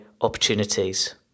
opportunities